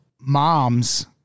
moms